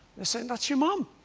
they said, that's your mom.